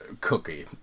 cookie